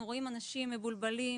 אנחנו רואים אנשים מבולבלים,